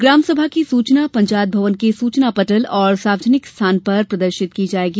ग्राम सभा की सूचना पंचायत भवन के सूचना पटल और सार्वजनिक स्थान पर प्रदर्शित की जाएगी